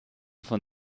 von